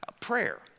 prayer